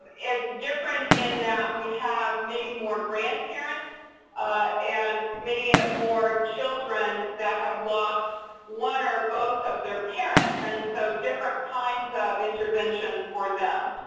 it's different in that we have many more grandparents and many ah more children that have lost one or both of their parents, and so different kinds of intervention for them.